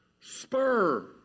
spur